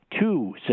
two